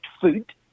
food